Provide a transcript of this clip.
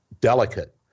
delicate